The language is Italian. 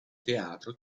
teatro